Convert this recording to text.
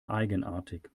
eigenartig